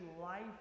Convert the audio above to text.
life